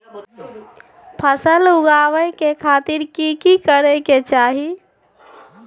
फसल उगाबै के खातिर की की करै के चाही?